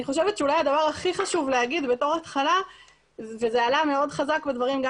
הדבר החשוב ביותר להגיד בתור התחלה ועלה חזק מאוד בדברים גם